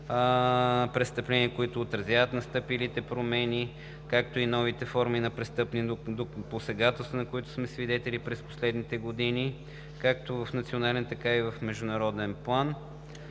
престъпления, които отразяват настъпилите промени, както и новите форми на престъпни посегателства, на които сме свидетели през последните години, както в национален, така и в международен план.